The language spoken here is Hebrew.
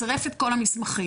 צירף את כל המסמכים,